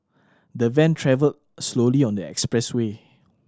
the van travelled slowly on the expressway